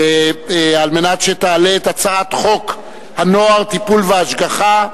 על מנת שתעלה את הצעת חוק הנוער (טיפול והשגחה)